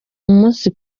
umunsi